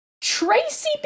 tracy